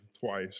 twice